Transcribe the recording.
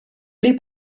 gli